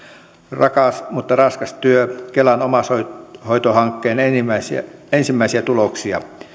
rakas mutta raskas työ kelan omaishoitohankkeen ensimmäisiä ensimmäisiä tuloksia